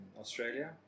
Australia